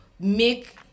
make